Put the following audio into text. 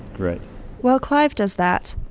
great while clive does that,